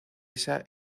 esa